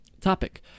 topic